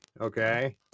Okay